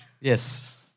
Yes